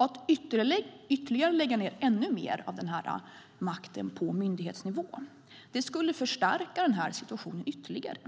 Att lägga ned ännu mer av den makten på myndighetsnivå skulle förstärka den här situationen ytterligare,